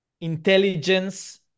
intelligence